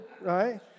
right